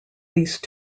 least